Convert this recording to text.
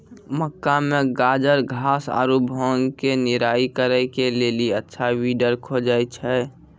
मक्का मे गाजरघास आरु भांग के निराई करे के लेली अच्छा वीडर खोजे छैय?